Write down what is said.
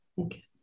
Okay